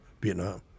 Vietnam